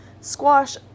squash